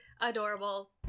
adorable